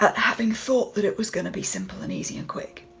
ah having thought that it was going to be simple and easy and quick.